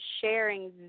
sharing